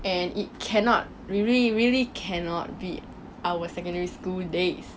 and it cannot really really cannot beat our secondary school days